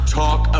talk